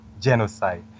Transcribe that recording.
genocide